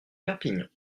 perpignan